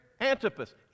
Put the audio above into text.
Antipas